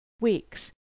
weeks